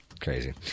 Crazy